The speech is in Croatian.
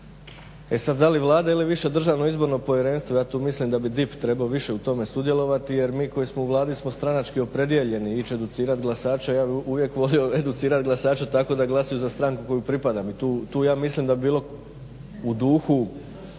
e sada da li Vlada ili više Državno izborno povjerenstvo ja tu mislim da bi DIP trebao više u tome sudjelovati, jer mi koji smo u Vladi smo stranački opredjeljeni ići educirati glasače. Ja bih uvijek volio educirat glasače tako da glasuju za stranku kojoj pripadaju i tu ja mislim da bi bilo u duhu,